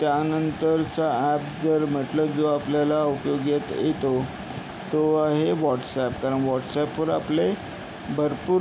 त्यानंतरचं ॲप जर म्हटलं जो आपल्याला उपयोगीत येतो तो आहे व्हॉटसॲप कारण व्हॉटसॲपवर आपले भरपूर